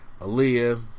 Aaliyah